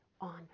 on